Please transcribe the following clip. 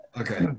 okay